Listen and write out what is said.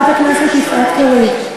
חברת הכנסת יפעת קריב.